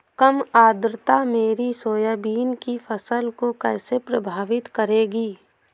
कम आर्द्रता मेरी सोयाबीन की फसल को कैसे प्रभावित करेगी?